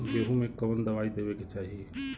गेहूँ मे कवन दवाई देवे के चाही?